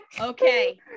Okay